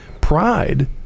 pride